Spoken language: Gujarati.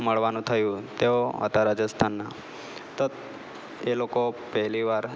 મળવાનું થયુ તેઓ હતા રાજસ્થાનના તત એ લોકો પહેલી વાર